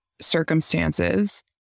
circumstances